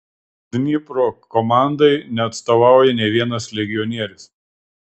dnipro komandai neatstovauja nė vienas legionierius